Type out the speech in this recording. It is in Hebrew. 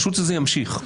שזה ימשיך.